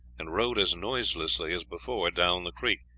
and rowed as noiselessly as before down the creek,